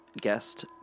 guest